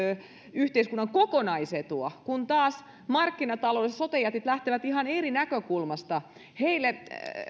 yhteiskunnan kokonaisetua kun taas markkinatalouden sote jätit lähtevät ihan eri näkökulmasta heille